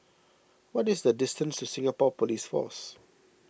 what is the distance to Singapore Police Force